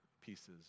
pieces